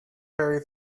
very